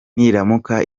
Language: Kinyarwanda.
niramuka